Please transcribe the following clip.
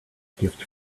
gift